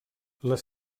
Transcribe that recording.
les